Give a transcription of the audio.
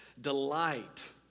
Delight